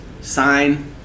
sign